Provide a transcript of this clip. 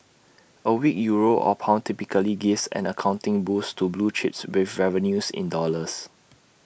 A weak euro or pound typically give an accounting boost to blue chips with revenues in dollars